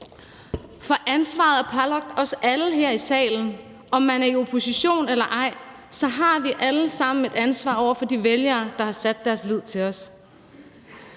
For ansvaret er pålagt os alle her i salen. Om man er i opposition eller ej, har vi alle sammen et ansvar over for de vælgere, der har sat deres lid til os.